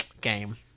game